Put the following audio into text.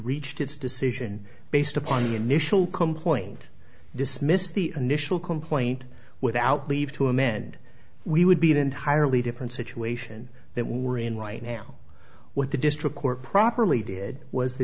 reached its decision based upon the initial complaint dismissed the initial complaint without leave to amend we would be an entirely different situation that we're in right now what the district court properly did was the